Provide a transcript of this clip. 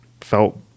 felt